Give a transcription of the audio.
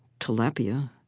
tilapia,